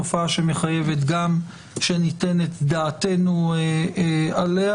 ומחייבת גם שניתן את דעתנו עליה,